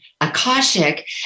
Akashic